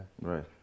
right